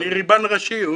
אני ריבן ראשי.